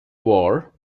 war